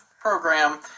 program